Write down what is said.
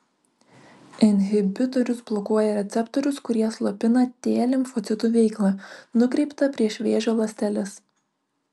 inhibitorius blokuoja receptorius kurie slopina t limfocitų veiklą nukreiptą prieš vėžio ląsteles